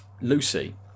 Lucy